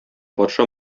патша